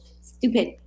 Stupid